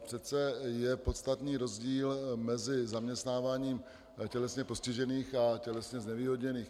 Přece je podstatný rozdíl mezi zaměstnáváním tělesně postižených a tělesně znevýhodněných.